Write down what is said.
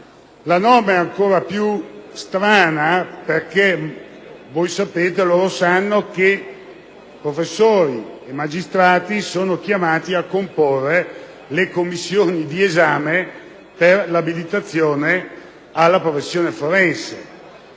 La norma è ancora più strana perché, come loro sanno, professori e magistrati sono chiamati a comporre le commissioni di esame per l'abilitazione alla professione forense.